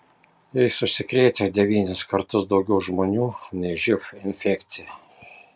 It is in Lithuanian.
jais užsikrėtę devynis kartus daugiau žmonių nei živ infekcija